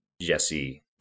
Jesse